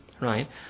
Right